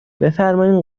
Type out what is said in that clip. بفرمایید